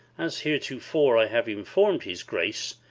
as heretofore i have informed his grace,